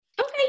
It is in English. Okay